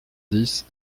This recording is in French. dix